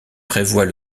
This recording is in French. prévoit